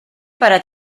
para